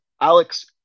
Alex